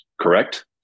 Correct